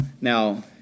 Now